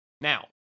Now